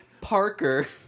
Parker